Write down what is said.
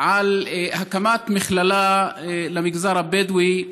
על הקמת מכללה למגזר הבדואי.